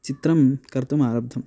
चित्रं कर्तुमारब्धम्